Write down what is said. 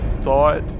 thought